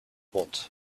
want